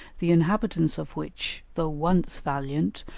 the inhabitants of which, though once valiant,